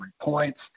points